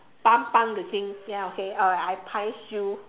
the thing then okay I price you